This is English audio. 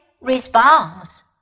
response